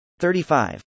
35